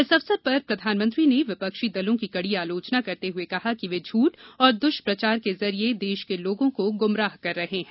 इस अवसर पर प्रधानमंत्री ने विपक्षी दलों की कड़ी आलोचना करते हुए कहा कि वे झूठ और दुष्प्रचार के जरिए देश के लोगों को गुमराह कर रहे है